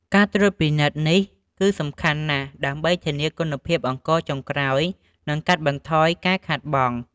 ការត្រួតពិនិត្យនេះគឺសំខាន់ណាស់ដើម្បីធានាគុណភាពអង្ករចុងក្រោយ និងកាត់បន្ថយការខាតបង់។